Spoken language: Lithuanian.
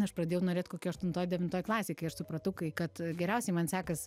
aš pradėjau norėt kokioj aštuntoj devintoj klasėj kai aš supratau kai kad geriausiai man sekas